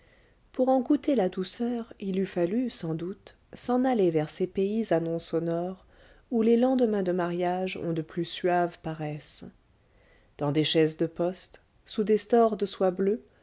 pour en goûter la douceur il eût fallu sans doute s'en aller vers ces pays à noms sonores où les lendemains de mariage ont de plus suaves paresses dans des chaises de poste sous des stores de soie bleue